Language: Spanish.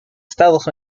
estados